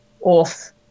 off